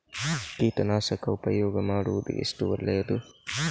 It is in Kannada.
ಕೀಟನಾಶಕ ಉಪಯೋಗ ಮಾಡುವುದು ಎಷ್ಟು ಒಳ್ಳೆಯದು?